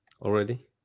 already